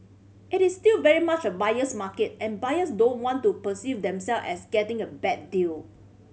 it is still very much a buyer's market and buyers don't want to perceive themselves as getting a bad deal